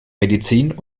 medizin